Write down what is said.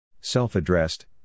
Self-addressed